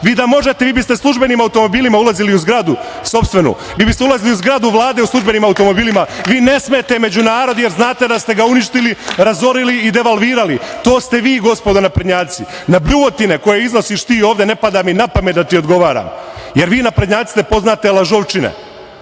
Vi da možete vi biste službenim automobilima ulazili u zgradu sopstvenu, vi biste ulazili u zgradu Vlade službenim automobilima. Vi ne smete među narod jer znate da ste ga uništili, razorili i devalvirali. To ste vi gospodo naprednjaci. Na bljuvotine koje iznosiš ti ovde ne pada mi na pamet da ti odgovaram jer vi naprednjaci ste poznate lažovčine.